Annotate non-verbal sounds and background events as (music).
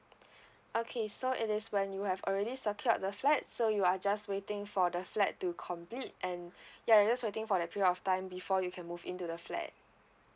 (breath) okay so it is when you have already secured the flat so you are just waiting for the flat to complete and (breath) ya just waiting for the period of time before you can move into the flat